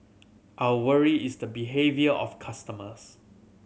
our worry is the behaviour of customers